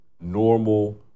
normal